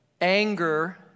anger